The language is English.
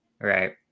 Right